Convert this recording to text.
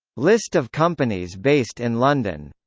list of companies based in london